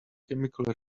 chemical